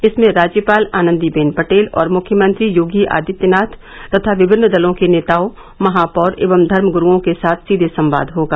इसमें राज्यपाल आनन्दीबेन पटेल और मुख्यमंत्री योगी आदित्यनाथ तथा विभिन्न दलों के नेताओं महापौर एवं धर्मग्रूओं के साथ सीघे संवाद होगा